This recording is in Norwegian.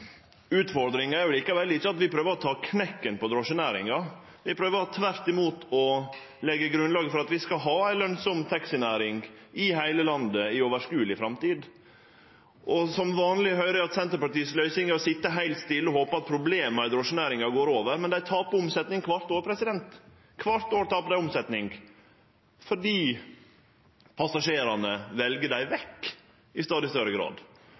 Utfordringa er likevel ikkje at vi prøver å ta knekken på drosjenæringa. Vi prøver tvert imot å leggje grunnlaget for at vi skal ha ei lønsam taxinæring i heile landet i overskodeleg framtid. Som vanleg høyrer eg at Senterpartiet si løysing er å sitje heilt stille og håpe at problema i drosjenæringa går over, men dei taper omsetning kvart år. Kvart år taper dei omsetning – fordi passasjerane i stadig større grad vel dei vekk.